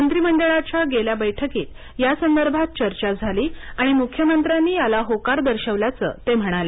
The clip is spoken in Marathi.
मंत्रीमंडळाच्या गेल्या बैठकीत यासंदर्भात चर्चा झाली आणि मुख्यमंत्र्यांनी याला होकार दर्शवल्याचं ते म्हणाले